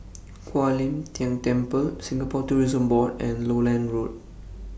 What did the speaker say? Kuan Im Tng Temple Singapore Tourism Board and Lowland Road